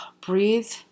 breathe